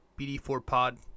bd4pod